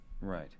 Right